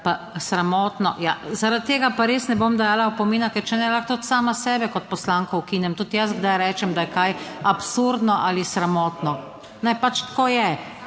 še sramotno, ja, zaradi tega pa res ne bom dajala opomina, ker če ne, lahko tudi sama sebe kot poslanko ukinem tudi jaz kdaj rečem, da je kaj absurdno ali sramotno. Ne, pač tako je.